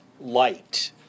light